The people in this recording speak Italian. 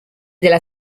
della